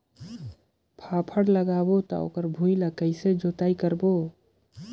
फाफण लगाबो ता ओकर भुईं ला कइसे जोताई करबो?